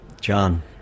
John